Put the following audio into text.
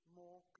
more